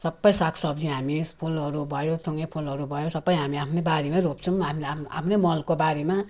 सबै सागसब्जी हामी फुलहरू भयो थुङे फुलहरू भयो सबै हामी आफ्नै बारीमै रोप्छौँ हामी त आफ्नो आफ्नै मलको बारीमा